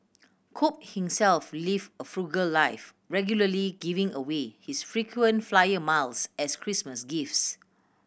cook himself live a frugal life regularly giving away his frequent flyer miles as Christmas gifts